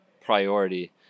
priority